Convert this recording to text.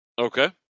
Okay